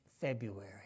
February